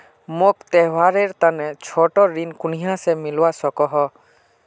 मोक त्योहारेर तने छोटा ऋण कुनियाँ से मिलवा सको हो?